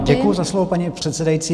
Děkuju za slovo, paní předsedající.